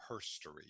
history